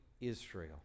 Israel